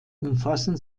umfassen